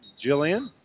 Jillian